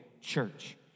church